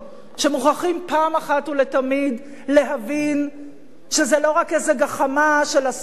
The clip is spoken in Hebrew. שמוכרחים אחת ולתמיד להבין שזה לא רק איזה גחמה של השמאל,